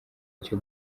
icyo